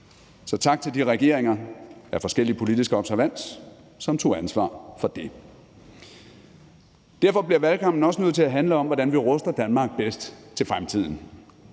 Så tak til de regeringer af forskellig politisk observans, som tog ansvar for det. Kl. 10:03 Derfor bliver valgkampen også nødt til at handle om, hvordan vi ruster Danmark bedst til fremtiden.